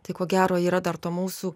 tai ko gero yra dar to mūsų